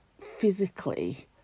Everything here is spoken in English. physically